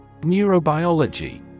Neurobiology